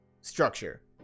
structure